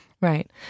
right